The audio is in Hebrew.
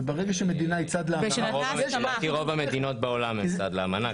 לדעתי רוב המדינות בעולם הן צד לאמנה.